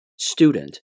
student